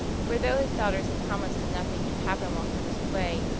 for though his daughters had promised that nothing should happen while he was away,